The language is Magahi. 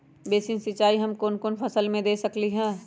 बेसिन सिंचाई हम कौन कौन फसल में दे सकली हां?